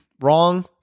wrong